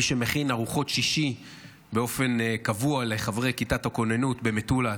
מי מכין ארוחות שישי באופן קבוע לחברי כיתת הכוננות במטולה.